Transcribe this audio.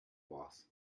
boss